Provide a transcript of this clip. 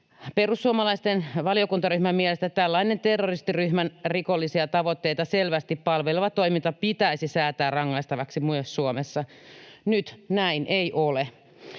Perussuomalaisten valiokuntaryhmän mielestä tällainen terroristiryhmän rikollisia tavoitteita selvästi palveleva toiminta pitäisi säätää rangaistavaksi myös Suomessa. Nyt näin ei ole.